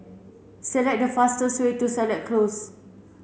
select the fastest way to Seletar Close